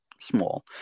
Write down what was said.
small